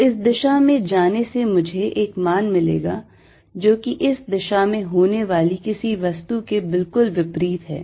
तो इस दिशा में जाने से मुझे एक मान मिलेगा जो कि इस दिशा में होने वाली किसी वस्तु के बिल्कुल विपरीत है